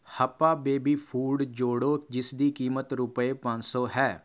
ਹੱਪਾ baby food ਜੋੜੋ ਜਿਸ ਦੀ ਕੀਮਤ ਰੁਪਏ ਪੰਜ ਸੌ ਹੈ